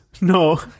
No